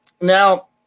now